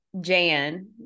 Jan